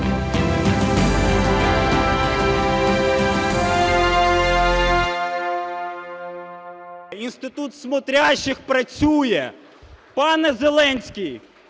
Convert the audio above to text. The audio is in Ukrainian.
"інститут смотрящих", працює. Пане Зеленський,